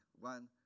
one